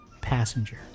passenger